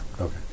Okay